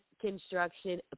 construction